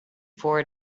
forward